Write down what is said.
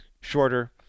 shorter